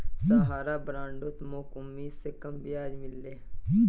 सहारार बॉन्डत मोक उम्मीद स कम ब्याज मिल ले